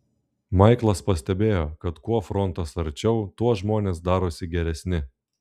maiklas pastebėjo kad kuo frontas arčiau tuo žmonės darosi geresni